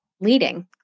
leading